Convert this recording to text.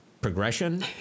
progression